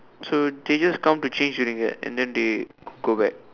so they just come to change to Ringgit and then they go back